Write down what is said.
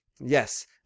yes